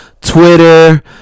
Twitter